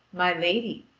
my lady,